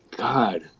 God